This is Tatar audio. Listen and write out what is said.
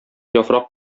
яфрак